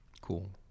cool